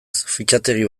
fitxategi